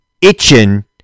itching